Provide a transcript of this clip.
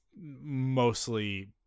mostly